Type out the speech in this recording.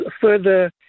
further